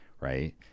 Right